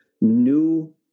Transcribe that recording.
new